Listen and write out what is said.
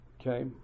Okay